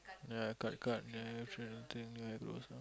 ya cut cut ya